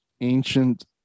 ancient